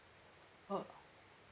oh